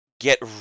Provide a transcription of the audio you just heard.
get